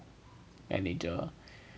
manager